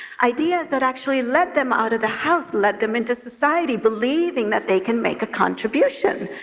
ideas that actually led them out of the house, led them into society, believing that they can make contribution,